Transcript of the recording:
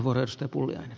arvoisa puhemies